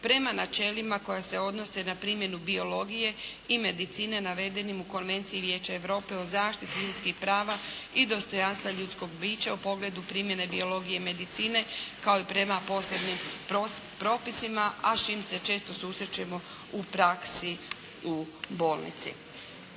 prema načelima koja s odnose na primjenu biologije i medicine navedenim u Konvenciji Vijeća Europe o zaštiti ljudskih prava i dostojanstva ljudskog bića u pogledu primjene biologije i medicine kao i prema posljednjim propisima a s čim se često susrećemo u praksi u bolnici.